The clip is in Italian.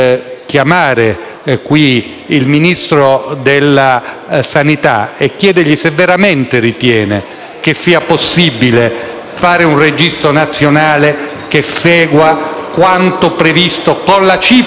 fare un registro nazionale che segua quanto previsto e con la cifra stanziata nell'attuale legge di stabilità. Questa norma si presta ad ulteriori equivoci.